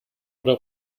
oder